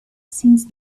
since